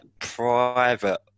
private